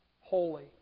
holy